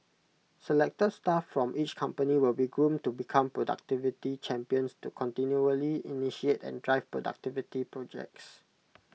selected staff from each company will be groomed to become productivity champions to continually initiate and drive productivity projects